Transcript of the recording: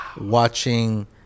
watching